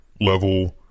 level